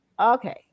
okay